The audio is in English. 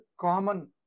common